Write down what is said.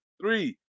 Three